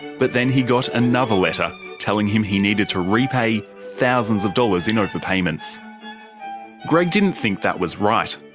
but then he got another letter telling him he needed to repay thousands of dollars in overpayments. greg didn't think that was right,